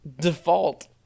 default